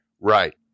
Right